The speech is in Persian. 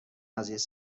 عزیز